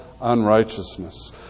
unrighteousness